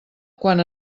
quan